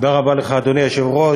תודה רבה לך, אדוני היושב-ראש,